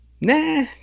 Nah